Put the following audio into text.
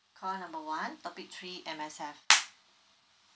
call number one topic three M_S_F